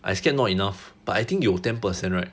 I scared not enough but I think you ten percent right